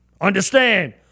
Understand